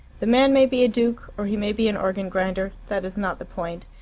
the man may be a duke or he may be an organ-grinder. that is not the point.